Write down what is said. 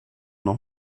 noch